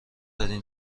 دارین